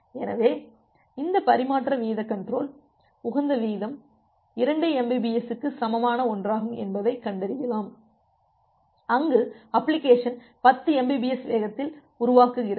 எனவே இந்த பரிமாற்ற வீதக் கன்ட்ரோல் உகந்த வீதம் 2 Mbps க்கு சமமான ஒன்றாகும் என்பதைக் கண்டறியலாம் அங்கு அப்ளிகேஷன் 10 Mbps வேகத்தில் உருவாக்குகிறது